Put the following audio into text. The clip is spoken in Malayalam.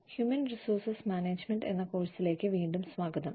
ഹ്യൂമൻ റിസോഴ്സ് മാനേജ്മെന്റ് എന്ന കോഴ്സിലേക്ക് വീണ്ടും സ്വാഗതം